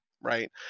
right